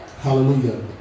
Hallelujah